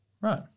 Right